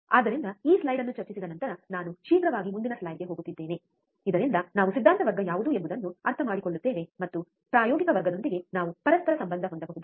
ಆದ್ದರಿಂದ ಈ ಸ್ಲೈಡ್ ಅನ್ನು ಚರ್ಚಿಸಿದ ನಂತರ ನಾನು ಶೀಘ್ರವಾಗಿ ಮುಂದಿನ ಸ್ಲೈಡ್ಗೆ ಹೋಗುತ್ತಿದ್ದೇನೆ ಇದರಿಂದ ನಾವು ಸಿದ್ಧಾಂತ ವರ್ಗ ಯಾವುದು ಎಂಬುದನ್ನು ಅರ್ಥಮಾಡಿಕೊಳ್ಳುತ್ತೇವೆ ಮತ್ತು ಪ್ರಾಯೋಗಿಕ ವರ್ಗದೊಂದಿಗೆ ನಾವು ಪರಸ್ಪರ ಸಂಬಂಧ ಹೊಂದಬಹುದು